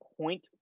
point